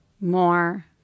more